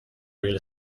real